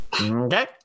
Okay